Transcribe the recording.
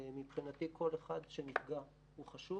מבחינתי, כל אחד שנפגע הוא חשוב.